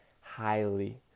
highly